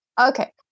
Okay